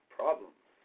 problems